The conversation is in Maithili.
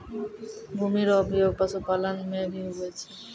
भूमि रो उपयोग पशुपालन मे भी हुवै छै